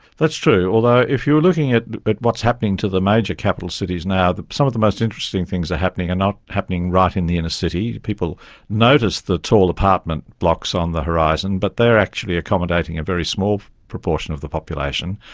that's true, although if you were looking at but what's happening to the major capital cities now, some of the most interesting things that are happening are not happening right in the inner city. people notice the tall apartment blocks on the horizon but they are actually accommodating a very small proportion of the population.